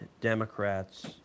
Democrats